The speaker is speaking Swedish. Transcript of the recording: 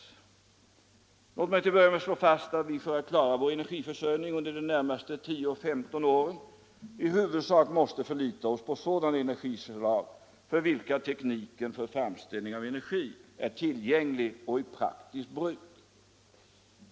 Ja, låt mig till en början slå fast att vi för att klara vår energiförsörjning under de närmaste 10-15 åren i huvudsak måste förlita oss på sådana energislag för vilka tekniken för framställning av energi är tillgänglig och i praktiskt bruk.